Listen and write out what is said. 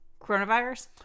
Coronavirus